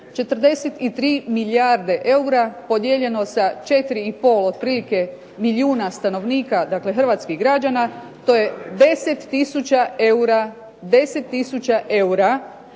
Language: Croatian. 43 milijarde eura podijeljeno sa četiri i pol otprilike milijuna stanovnika, dakle hrvatskih građana to je 10000 eura.